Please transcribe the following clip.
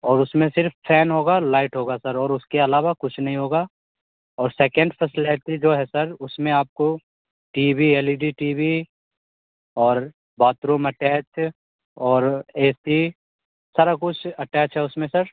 और उसमें सिर्फ फैन होगा लाइट होगी सर और उसके अलावा कुछ नहीं होगा और सेकेंड फसलैटी जो है सर उसमें आपको T V L E D T V और बाथरूम अटैच और ए सी सारा कुछ अटैच है उसमें सर